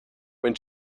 when